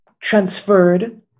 transferred